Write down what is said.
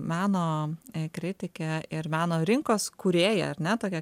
meno kritikė ir meno rinkos kūrėja ar ne tokia